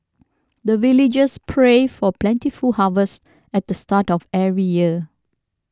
the villagers pray for plentiful harvest at the start of every year